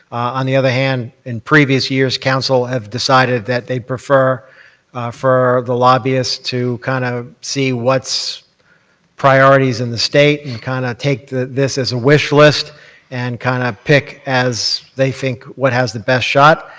on the other hand, in previous years council have decided that they prefer for the lobbyist to kind of see what's priorities in the state and kind of take this as a wish list and kind of pick as they think what has the best shot.